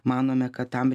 manome kad tam